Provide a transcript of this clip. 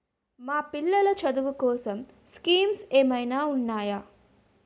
మా పిల్లలు చదువు కోసం స్కీమ్స్ ఏమైనా ఉన్నాయా?